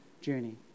journey